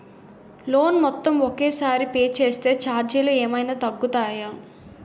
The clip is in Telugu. లోన్ మొత్తం ఒకే సారి పే చేస్తే ఛార్జీలు ఏమైనా తగ్గుతాయా?